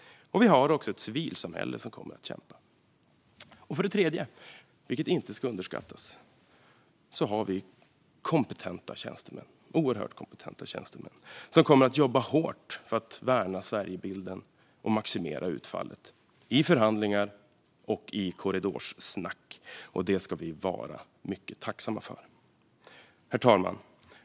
Vi har också ett civilsamhälle som kommer att kämpa. För det tredje, vilket inte ska underskattas, har vi oerhört kompetenta tjänstemän som kommer att jobba hårt för att värna Sverigebilden och maximera utfallet i förhandlingar och i korridorsnack. Det ska vi vara mycket tacksamma för. Herr talman!